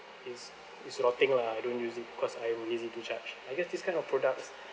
it's it's rotting lah I don't use it cause I lazy to charge I guess this kind of products